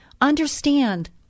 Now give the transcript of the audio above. understand